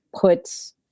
puts